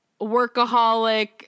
workaholic